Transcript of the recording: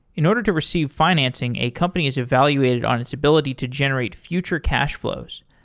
in order to receive financing, a company is evaluated on its ability to generate future cash flows.